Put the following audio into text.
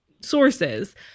sources